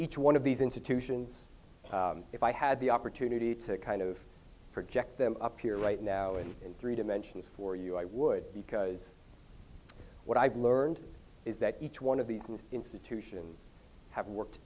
each one of these institutions if i had the opportunity to kind of project them up here right now and in three dimensions for you i would because what i've learned is that each one of these and institutions have worked